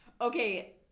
Okay